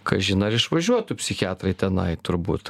kažin ar išvažiuotų psichiatrai tenai turbūt